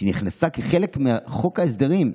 שנכנסה כחלק מחוק ההסדרים.